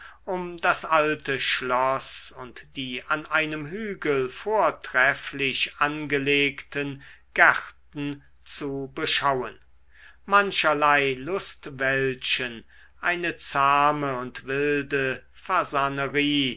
um das alte schloß und die an einem hügel vortrefflich angelegten gärten zu beschauen mancherlei lustwäldchen eine zahme und wilde fasanerie